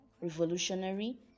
Revolutionary